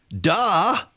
Duh